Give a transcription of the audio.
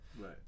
Right